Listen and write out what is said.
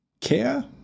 care